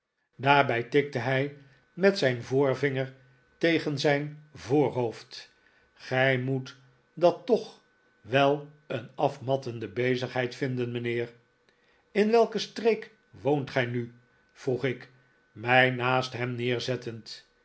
daarbij tikte hij david copperfield met zijn voorvmger tegen zijn voorhoofd gij moet dat toch wel een afmattende bezigheid vinden mijnheer in welke streek woont gij nu vroeg ik mij naast hem neerzettend